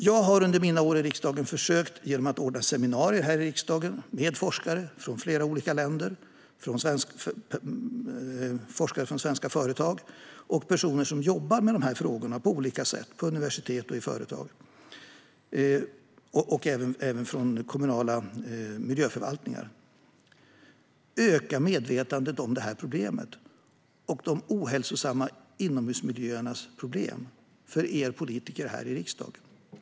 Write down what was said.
Jag har under mina år i riksdagen, genom att ordna seminarier här i riksdagen med forskare från flera olika länder, med forskare från svenska företag och med personer som jobbar med dessa frågor på olika sätt - på universitet, i företag och i kommunala miljöförvaltningar - försökt öka medvetandet hos er politiker här i riksdagen om de ohälsosamma inomhusmiljöernas problem.